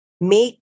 make